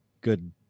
good